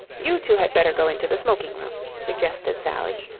you two had better go into the smoking room, suggested sally.